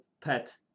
pet